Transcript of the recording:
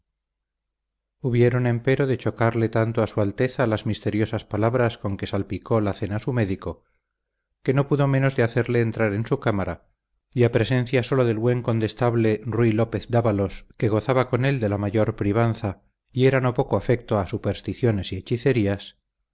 hubieron empero de chocarle tanto a su alteza las misteriosas palabras con que salpicó la cena su médico que no pudo menos de hacerle entrar en su cámara y a presencia sólo del buen condestable rui lópez dávalos que gozaba con él de la mayor privanza y era no poco afecto a supersticiones y hechicerías